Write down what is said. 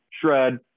shred